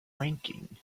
ranking